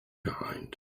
behind